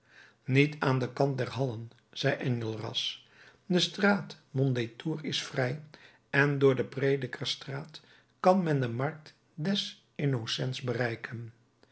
niet aan den kant der hallen zei enjolras de straat mondétour is vrij en door de predikerstraat kan men de markt des innocents bereiken